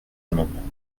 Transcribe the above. amendements